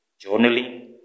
journaling